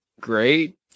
great